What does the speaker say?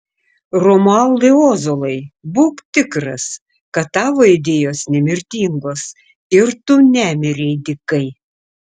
romualdai ozolai būk tikras kad tavo idėjos nemirtingos ir tu nemirei dykai